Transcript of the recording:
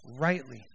rightly